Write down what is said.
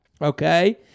Okay